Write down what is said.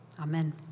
Amen